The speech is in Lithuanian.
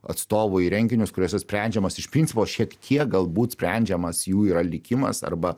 atstovų į renginius kuriuose sprendžiamas iš principo šiek tiek galbūt sprendžiamas jų yra likimas arba